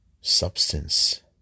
substance